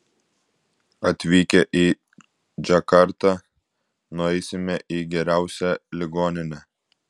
atvykę į džakartą nueisime į geriausią ligoninę